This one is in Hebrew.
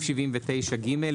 79ג,